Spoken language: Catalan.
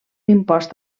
impost